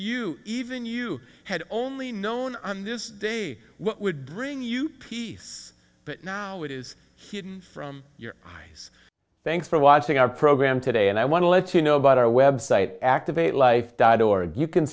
you even you had only known on this day what would bring you peace but now it is hidden from your eyes thanks for watching our program today and i want to let you know about our website activate life died or you can